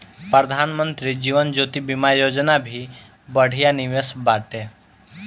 प्रधानमंत्री जीवन ज्योति बीमा योजना भी बढ़िया निवेश बाटे